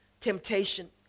temptation